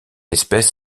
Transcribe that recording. espèce